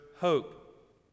hope